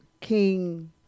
King